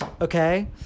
okay